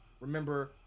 remember